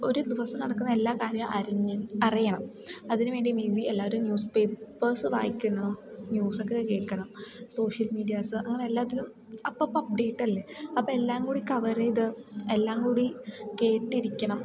ഒരു ദിവസം നടക്കുന്ന എല്ലാ കാര്യം അരിഞ്ഞ് അറിയണം അതിനു വേണ്ടി മേ ബി എല്ലാവരും ന്യൂസ് പേപ്പേഴ്സ് വായിക്കുന്നു ന്യൂസൊക്കെ കേൾക്കണം സോഷ്യൽ മീഡിയാസ് അങ്ങനെ എല്ലാറ്റിലും അപ്പപ്പം അപ്ഡേറ്റല്ലേ അപ്പം എല്ലാം കൂടി കവർ ചെയ്ത് എല്ലാം കൂടി കേട്ടിരിക്കണം